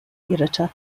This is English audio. editor